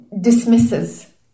dismisses